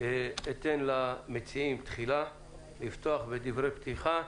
אתן תחילה למציעים לפתוח בדברי פתיחה.